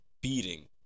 beating